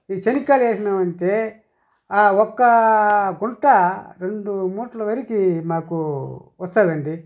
ఈ చెనిక్కాయలు వేసినామంటే ఒక్కా గుంట రెండు మూట్ల వరికి మాకు వస్తుందండి